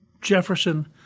Jefferson